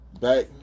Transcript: back